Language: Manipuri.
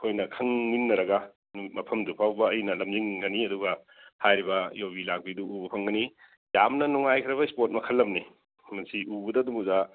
ꯑꯩꯈꯣꯏꯅ ꯈꯪꯃꯤꯟꯅꯔꯒ ꯃꯐꯝꯗꯨ ꯐꯥꯎꯕ ꯑꯩꯅ ꯂꯝꯖꯤꯡꯒꯅꯤ ꯑꯗꯨꯒ ꯍꯥꯏꯔꯤꯕ ꯌꯨꯕꯤ ꯂꯥꯛꯄꯤꯗꯨ ꯎꯕ ꯐꯪꯒꯅꯤ ꯌꯥꯝꯅ ꯅꯨꯡꯉꯥꯏꯈ꯭ꯔꯕ ꯏꯁꯄꯣꯔꯠ ꯃꯈꯜ ꯑꯃꯅꯤ ꯃꯁꯤ ꯎꯕꯗ ꯑꯗꯨꯝ ꯑꯣꯖꯥ